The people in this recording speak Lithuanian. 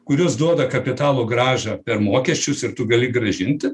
kurios duoda kapitalo grąžą per mokesčius ir tu gali grąžinti